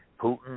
Putin